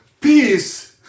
peace